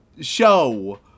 show